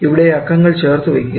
ഇവിടെ അക്കങ്ങൾ ചേർത്തുവയ്ക്കുക